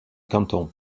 canton